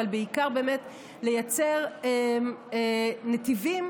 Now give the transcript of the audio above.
אבל בעיקר לייצר נתיבים